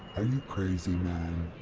crazy, man!